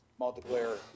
multiplayer